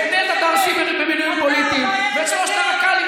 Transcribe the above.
שום דבר.